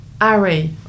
array